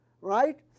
right